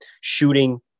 shooting